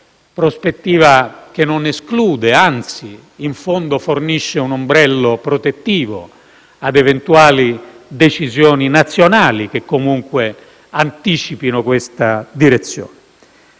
prospettiva che non esclude e, anzi, in fondo fornisce un ombrello protettivo ad eventuali decisioni nazionali che comunque anticipino questa direzione.